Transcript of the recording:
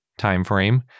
timeframe